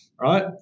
right